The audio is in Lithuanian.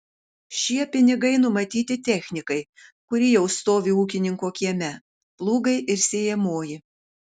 šie pinigai numatyti technikai kuri jau stovi ūkininko kieme plūgai ir sėjamoji